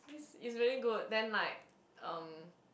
is is really good then like um